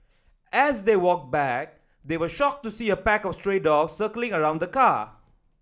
as they walked back they were shocked to see a pack of stray dogs circling around the car